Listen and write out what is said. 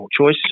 choice